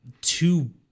Two